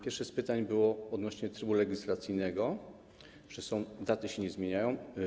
Pierwsze z pytań było odnośnie do trybu legislacyjnego, że daty się nie zmieniają.